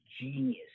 genius